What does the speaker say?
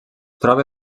troba